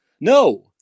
No